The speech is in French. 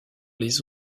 les